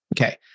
Okay